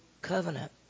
covenant